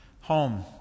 home